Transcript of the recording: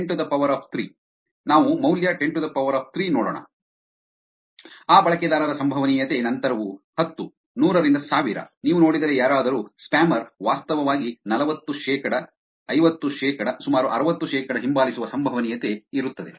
ನಾವು ಮೌಲ್ಯ 103 ನೋಡೋಣ ಆ ಬಳಕೆದಾರರ ಸಂಭವನೀಯತೆ ನಂತರವೂ ಹತ್ತು ನೂರರಿಂದ ಸಾವಿರ ನೀವು ನೋಡಿದರೆ ಯಾರಾದರೂ ಸ್ಪ್ಯಾಮರ್ ವಾಸ್ತವವಾಗಿ ನಲವತ್ತು ಶೇಕಡಾ ಐವತ್ತು ಶೇಕಡಾ ಸುಮಾರು ಅರವತ್ತು ಶೇಕಡಾ ಹಿಂಬಾಲಿಸುವ ಸಂಭವನೀಯತೆ ಇರುತ್ತದೆ